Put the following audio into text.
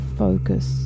focus